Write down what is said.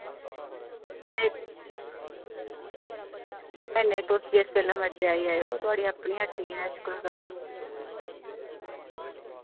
ते नेईं नेईं तुस जिस बेल्लै मर्जी आई जाएओ थुआढ़ी अपनी हट्टी ऐ ऐसी कोई गल्ल निं